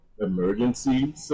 emergency